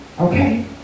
Okay